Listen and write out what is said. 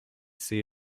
sea